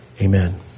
Amen